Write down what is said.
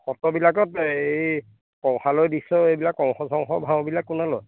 সত্ৰবিলাকত এই কংসালৈ দৃশ্য এইবিলাক কংস চংস ভাওবিলাক কোনে লয়